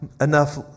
enough